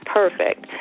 perfect